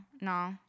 no